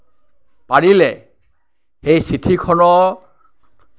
পাৰিলে সেই চিঠিখনৰ